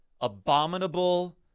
abominable